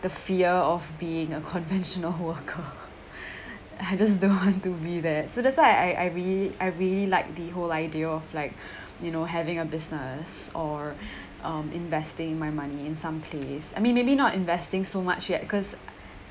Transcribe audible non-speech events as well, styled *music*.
the fear of being a conventional worker *laughs* I just don't want to be there so that's why I I re~ I really like the whole idea of like you know having a business or um investing my money in some place I mean maybe not investing so much yet cause